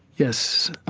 yes, um,